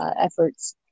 efforts